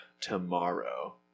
tomorrow